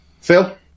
Phil